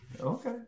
Okay